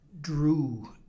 drew